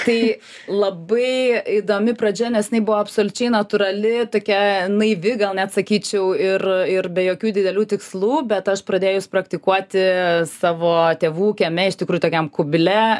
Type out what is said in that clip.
tai labai įdomi pradžia nes jinai buvo absoliučiai natūrali tokia naivi gal net sakyčiau ir ir be jokių didelių tikslų bet aš pradėjus praktikuoti savo tėvų kieme iš tikrųjų tokiam kubile